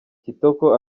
kitoko